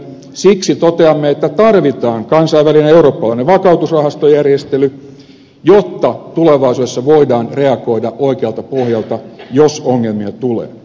siksi toteamme että tarvitaan kansainvälinen eurooppalainen vakautusrahastojärjestely jotta tulevaisuudessa voidaan reagoida oikealta pohjalta jos ongelmia tulee